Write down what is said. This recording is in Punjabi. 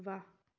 ਵਾਹ